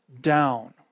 down